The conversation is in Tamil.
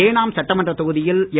ஏனாம் சட்டமன்ற தொகுதியில் என்